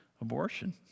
abortion